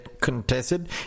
contested